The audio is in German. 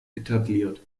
etabliert